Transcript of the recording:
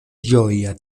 ĝoja